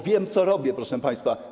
Wiem, co robię, proszę państwa.